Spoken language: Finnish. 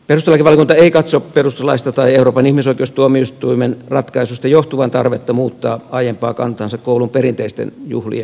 perustuslakivaliokunta ei katso perustuslaista tai euroopan ihmisoikeustuomioistuimen ratkaisuista johtuvan tarvetta muuttaa aiempaa kantaansa koulun perinteisten juhlien osalta